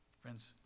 friends